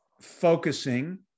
focusing